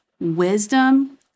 wisdom